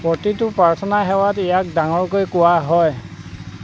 প্ৰতিটো প্ৰাৰ্থনা সেৱাত ইয়াক ডাঙৰকৈ কোৱা হয়